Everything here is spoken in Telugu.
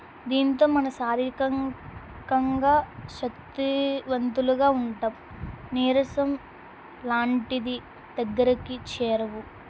దీంతో మన శారీకంకంగా శక్తివంతులుగా ఉంటాం నీరసం లాంటిది దగ్గరికి చేరవు